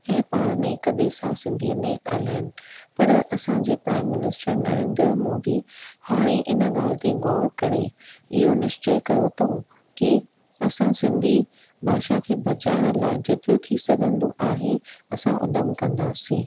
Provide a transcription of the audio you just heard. ऐं पाण में हिक ॿिए सां सिंधीअ में ॻाल्हाईनि पर असां जे प्राइम मिनिस्टर नरेंद्र मोदी हाणे इन ॻाल्हि ते ग़ौर करे इहो निश्चय कयो अथऊं कि असां सिंधी भाषा खे बचाइण लाइ जेतिरो थी सघंदो आहे असां उधम कंदासीं